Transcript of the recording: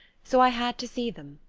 so i had to see them.